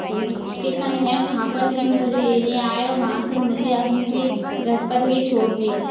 station हैं वहाँ पर ही मुझे लेने आए वहाँ से मुझे अपने घर पर भी छोड़ दे